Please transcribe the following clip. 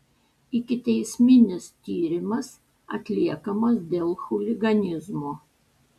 ikiteisminis tyrimas atliekamas dėl chuliganizmo